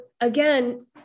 again